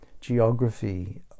geography